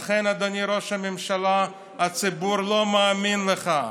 ולכן, אדוני ראש הממשלה, הציבור לא מאמין לך.